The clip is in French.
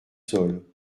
sol